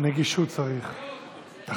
נגישות צריך, תחבורה.